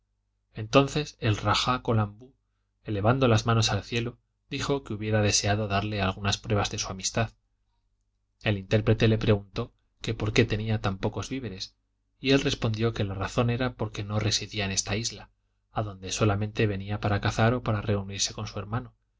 entonces el raja colambu elevando las manos al cielo dijo que hubiera deseado darle algunas pruebas de su amistad el intérprete le preguntó que por qué tenía tan pocos víveres y él respondió que la razón era porque no residía en esta isla adonde solamente venía para cazar o para reunirse con su hermano